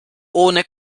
ohne